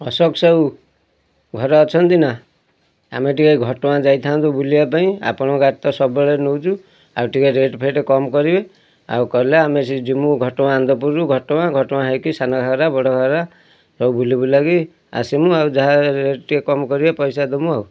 ଅଶୋକ ସାହୁ ଘରେ ଅଛନ୍ତି ନା ଆମେ ଟିକେ ଘଟଗାଁ ଯାଇଥାନ୍ତୁ ବୁଲିବା ପାଇଁ ଆପଣ ଗାଡ଼ି ତ ସବୁବେଳେ ନେଉଛୁ ଆଉ ଟିକେ ରେଟ୍ଫେଟ୍ କମ୍ କରିବେ ଆଉ କଲେ ଆମେ ସେଇ ଯିମୁଁ ଘଟଗାଁ ଆନନ୍ଦପୁର ଘଟଗାଁ ହେଇକି ସାନ ଘାଘରା ବଡ଼ ଘାଘରା ସବୁ ବୁଲି ବୁଲା କି ଆସିମୁଁ ଆଉ ଯାହା ରେଟ୍ ଟିକେ କମ୍ କରିବେ ପଇସା ଦମୁଁ ଆଉ